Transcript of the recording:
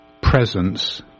presence